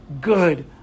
good